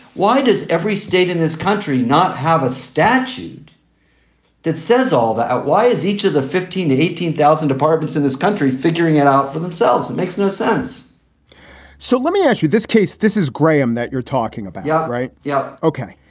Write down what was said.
why does every state in this country not have a statute that says all that? why is each of the fifteen, eighteen thousand departments in this country figuring it out for themselves? it makes no sense so let me ask you this case. this is graham that you're talking about, yeah right? yeah. ok.